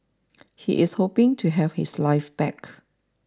he is hoping to have his life back